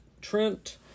Trent